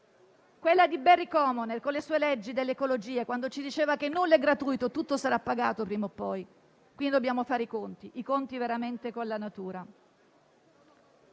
Quella di Barry Commoner con le sue leggi dell'ecologia, quando ci diceva che nulla è gratuito, tutto sarà pagato prima o poi. Dobbiamo fare veramente i conti con la natura.